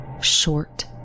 short